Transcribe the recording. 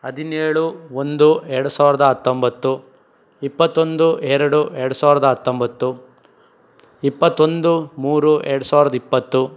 ಹದಿನೇಳು ಒಂದು ಎರಡು ಸಾವಿರ್ದ ಹತ್ತೊಂಬತ್ತು ಇಪ್ಪತ್ತೊಂದು ಎರಡು ಎರಡು ಸಾವಿರ್ದ ಹತ್ತೊಂಬತ್ತು ಇಪ್ಪತ್ತೊಂದು ಮೂರು ಎರಡು ಸಾವ್ರದ ಇಪ್ಪತ್ತು